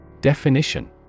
Definition